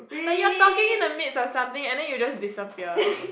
but you're talking in the midst of something and then you just disappear